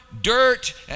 dirt